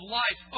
life